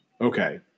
Okay